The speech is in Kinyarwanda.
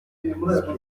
umugaba